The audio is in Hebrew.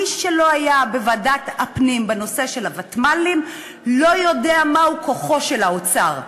מי שלא היה בוועדת הפנים בנושא של הוותמ"לים לא יודע מהו כוחו של האוצר,